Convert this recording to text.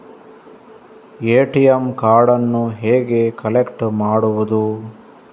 ATM ಕಾರ್ಡನ್ನು ಹೇಗೆ collect ಮಾಡುವುದು?